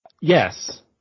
Yes